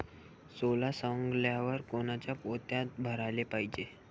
सोला सवंगल्यावर कोनच्या पोत्यात भराले पायजे?